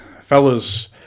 Fellas